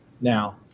now